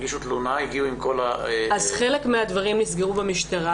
חלק מהדברים נסגרו במשטרה,